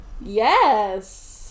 yes